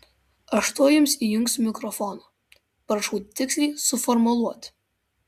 aš tuoj jums įjungsiu mikrofoną prašau tiksliai suformuluoti